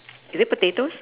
is it potatoes